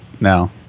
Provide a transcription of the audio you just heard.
now